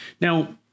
now